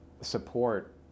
support